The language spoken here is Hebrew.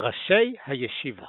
ראשי הישיבה